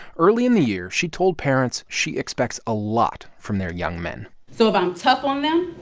earlier in the year, she told parents she expects a lot from their young men so if i'm tough on them,